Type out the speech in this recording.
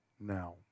now